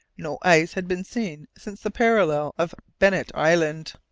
no ice had been seen since the parallel of bennet island.